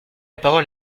parole